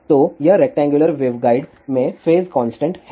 तो यह rectangular waveguide में फेज कांस्टेंट है